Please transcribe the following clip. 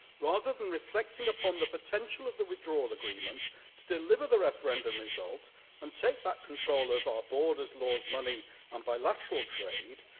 rather than reflecting upon the potential of the withdrawal agreement to deliver the referendum result and take back control of our borders, laws, money um bilateral trade,